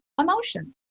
emotion